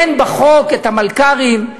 אין בחוק את המלכ"רים,